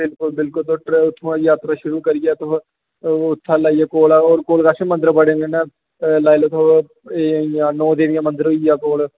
बिल्कुल बिल्कुल उत्थुूं यात्रा शुरु करियै उत्थूं लेइयै कोला कोल कश बी मंदर बड़े न लाई लैओ तुस नौ देवियां मंदर होई गेआ